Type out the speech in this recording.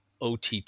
OTT